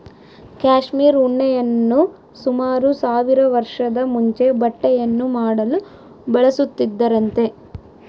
cashmere ಉಣ್ಣೆಯನ್ನು ಸುಮಾರು ಸಾವಿರ ವರ್ಷದ ಮುಂಚೆ ಬಟ್ಟೆಯನ್ನು ಮಾಡಲು ಬಳಸುತ್ತಿದ್ದರಂತೆ